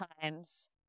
times